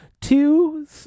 two